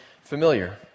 familiar